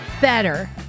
better